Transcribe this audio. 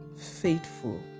faithful